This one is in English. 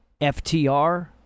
FTR